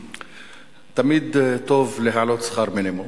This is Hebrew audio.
תמיד טוב להעלות את שכר המינימום.